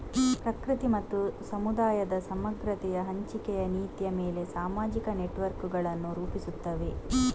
ಪ್ರಕೃತಿ ಮತ್ತು ಸಮುದಾಯದ ಸಮಗ್ರತೆಯ ಹಂಚಿಕೆಯ ನೀತಿಯ ಮೇಲೆ ಸಾಮಾಜಿಕ ನೆಟ್ವರ್ಕುಗಳನ್ನು ರೂಪಿಸುತ್ತವೆ